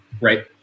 Right